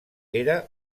era